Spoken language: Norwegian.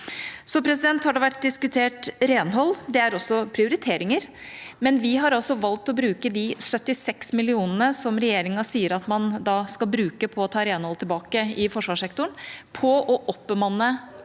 Renhold har vært diskutert. Det er også prioriteringer. Vi har valgt å bruke de 76 millionene, som regjeringen sier at man skal bruke på å ta renholdet tilbake i forsvarssektoren, på å oppbemanne